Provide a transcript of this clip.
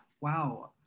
Wow